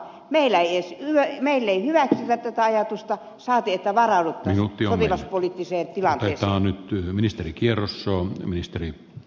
meillä ei hyväksytä tätä ajatusta saa pitää varalla jouni asp poliittisen tilanteensa saati että varauduttaisiin sotilaspoliittiseen tilanteeseen